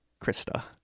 Krista